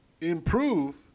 improve